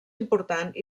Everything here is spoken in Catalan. important